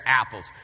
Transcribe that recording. apples